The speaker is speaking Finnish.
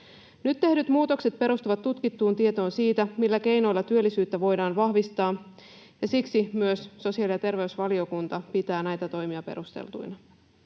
Nyt tehdyt muutokset perustuvat tutkittuun tietoon siitä, millä keinoilla työllisyyttä voidaan vahvistaa, ja siksi myös sosiaali- ja terveysvaliokunta pitää näitä toimia perusteltuina.